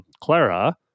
Clara